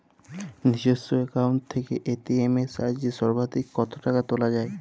নিজস্ব অ্যাকাউন্ট থেকে এ.টি.এম এর সাহায্যে সর্বাধিক কতো টাকা তোলা যায়?